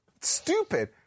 Stupid